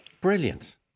Brilliant